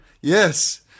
Yes